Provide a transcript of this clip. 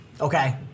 Okay